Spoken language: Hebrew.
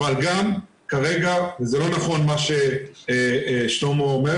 אבל גם כרגע זה לא נכון מה ששלמה אומר,